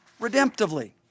redemptively